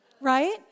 Right